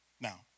Now